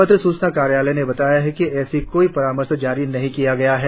पत्र सूचना कार्यालय ने बताया कि ऐसा कोई परामर्श जारी नहीं किया गया है